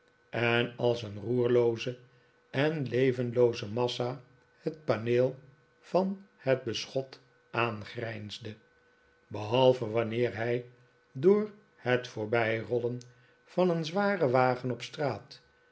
en als een roerlooze en levenlooze massa het paneel van het beschot aangrijnsde behalve wanneer hij door het voorbijrollen van een zwaren wagen op straat